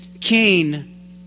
Cain